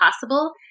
possible